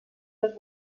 les